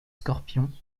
scorpion